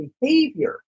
behavior